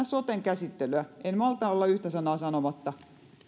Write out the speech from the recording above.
soten käsittelystä en malta olla yhtä sanaa sanomatta